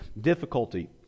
difficulty